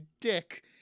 dick